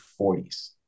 40s